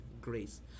grace